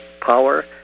power